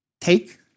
Take